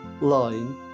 line